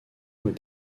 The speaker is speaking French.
voit